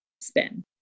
spin